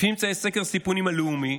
לפי ממצאי סקר סיכונים לאומי,